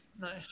Nice